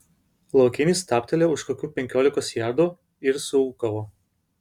laukinis stabtelėjo už kokių penkiolikos jardų ir suūkavo